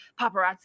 paparazzi